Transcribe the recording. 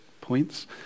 points